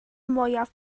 mwyaf